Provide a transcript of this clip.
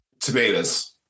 Tomatoes